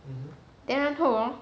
then 然后 hor